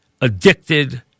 addicted